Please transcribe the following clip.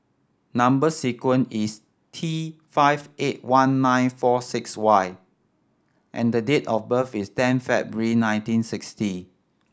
number sequence is T five eight one nine four six Y and the date of birth is ten February nineteen sixty